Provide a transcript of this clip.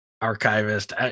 archivist